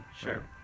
sure